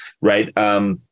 right